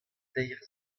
teir